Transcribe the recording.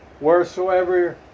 wheresoever